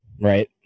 Right